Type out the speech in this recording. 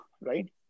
right